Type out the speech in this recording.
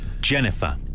Jennifer